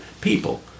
people